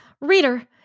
Reader